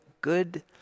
good